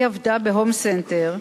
היא עבדה ב"הום סנטר"